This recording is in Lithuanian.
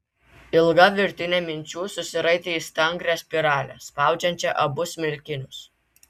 ilga virtinė minčių susiraitė į stangrią spiralę spaudžiančią abu smilkinius